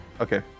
Okay